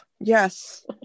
yes